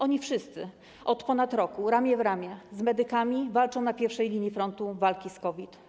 Oni wszyscy od ponad roku ramię w ramię z medykami walczą na pierwszej linii frontu walki z COVID.